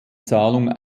zahlung